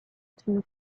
two